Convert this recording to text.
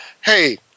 hey